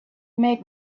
made